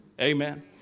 Amen